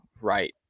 right